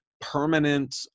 permanent